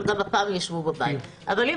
אבל גם הפעם הם ישבו בבית.